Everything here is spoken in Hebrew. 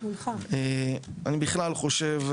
אני בכלל חושב,